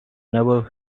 never